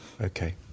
okay